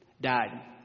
died